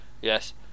Yes